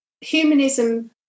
Humanism